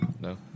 No